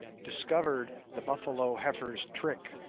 discovered the buffalo heifer's trick,